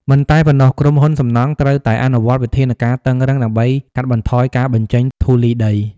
មិនតែប៉ុណ្ណោះក្រុមហ៊ុនសំណង់ត្រូវតែអនុវត្តវិធានការតឹងរ៉ឹងដើម្បីកាត់បន្ថយការបញ្ចេញធូលីដី។